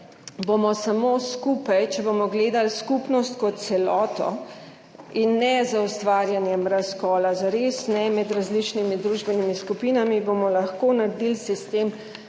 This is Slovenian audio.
bomo samo skupaj, če bomo gledali skupnost kot celoto in ne z ustvarjanjem razkola, zares ne, med različnimi družbenimi skupinami, bomo lahko naredili sistem,